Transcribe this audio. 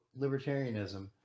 libertarianism